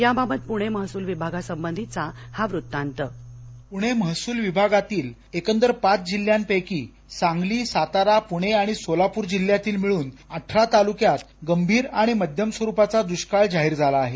याबाबत पुणे महसूल विभागासंबंधीचा हा वृत्तांत प्णे महसूल विभागातील एकंदर पाच जिल्ह्यांपैकी सांगली सातारा पुणे आणि सोलापूर जिल्ह्यातील मिळून अठरा तालुक्यात गंभीर आणि मध्यम स्वरुपाचा दुष्काळ जाहीर झाला आहे